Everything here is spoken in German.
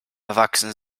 erwachsen